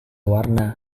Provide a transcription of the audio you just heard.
warna